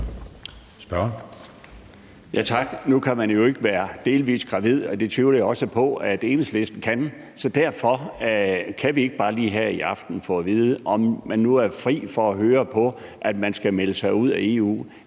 Laustsen (S): Tak. Nu kan man jo ikke være delvis gravid, det tvivler jeg også på at Enhedslisten kan, så kan vi her i aften ikke bare lige få at vide, om vi nu er fri for at høre på, at vi skal melde os ud af EU?